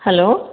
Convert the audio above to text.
hello